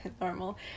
normal